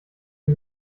die